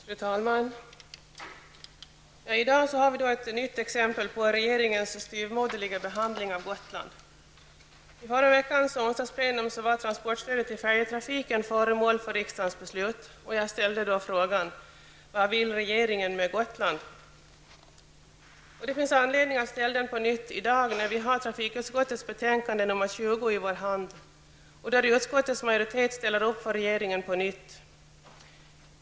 Fru talman! I dag har vi ett nytt exempel på regeringens styvmoderliga behandling av Gotland. Vid förra veckans onsdagsplenum var transportstödet till färjetrafiken föremål för riksdagens beslut. Jag ställde då frågan: Vad vill regeringen med Gotland? Det finns anledning att ställa den frågan på nytt i dag när vi har trafikutskottets betänkande nr 20 i vår hand. I detta betänkande ställer utskottets majoritet på nytt upp för regeringen.